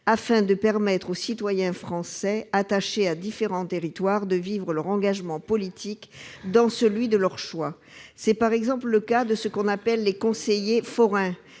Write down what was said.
afin de permettre aux citoyens français attachés à différents territoires de vivre leur engagement politique dans celui de leur choix. C'est par exemple le cas de ce qu'on appelle les « conseillers forains